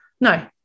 No